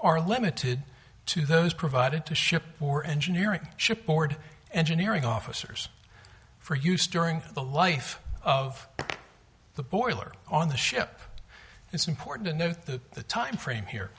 are limited to those provided to ship or engineering shipboard engineering officers for use during the life of the boiler on the ship it's important to note the timeframe here